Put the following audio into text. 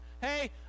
Hey